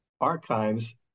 archives